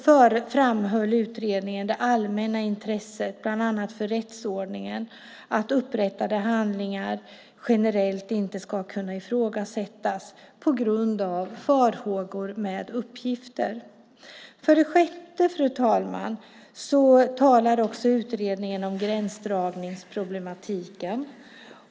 Utredningen framhöll det allmänna intresset bland annat för rättsordningen att upprättade handlingar generellt inte ska kunna ifrågasättas på grund av farhågor med uppgifter. För det sjätte, fru talman, talar också utredningen om gränsdragningsproblematiken.